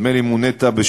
נדמה לי שמונית ב-1987,